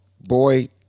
boy